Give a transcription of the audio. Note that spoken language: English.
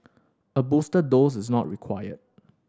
a booster dose is not required